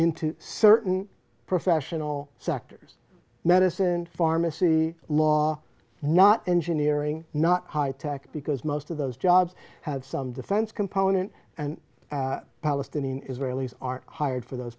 into certain professional sectors medicine pharmacy law not engineering not high tech because most of those jobs have some defense component and palestinian israelis are hired for those